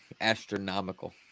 astronomical